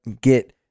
get